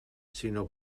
sinó